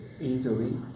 easily